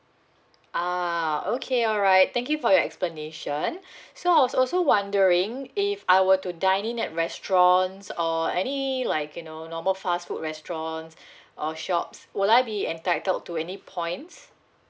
ah okay alright thank you for your explanation so I was also wondering if I were to dine in at restaurants or any like you know normal fast food restaurant or shops would I be entitled to any points